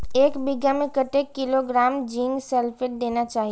एक बिघा में कतेक किलोग्राम जिंक सल्फेट देना चाही?